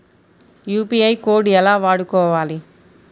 UPI code ఎలా వాడుకోవాలి?